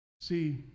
See